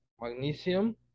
magnesium